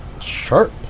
Sharp